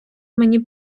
мені